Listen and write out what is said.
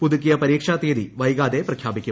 പുതുക്കിയ പരീക്ഷാ തീയതി വൈകാതെ പ്രഖ്യാപിക്കും